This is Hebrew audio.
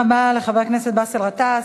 תודה רבה לחבר הכנסת באסל גטאס.